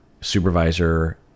supervisor